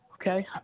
Okay